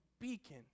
beacon